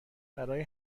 برای